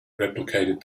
replicated